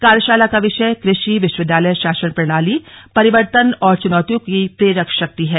कार्यशाला का विषय कृषि विश्वविद्यालय शासन प्रणाली परिवर्तन और चुनौतियों की प्रेरक शक्ति है